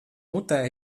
mutē